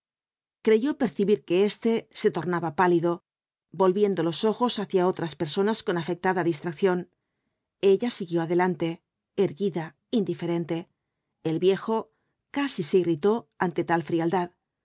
creyó percibir que éste se tornaba pálido volviendo los ojos hacia otras personas con afectada distracción ella siguió adelante erguida indiferente el viejo casi se irritó ante tal frialdad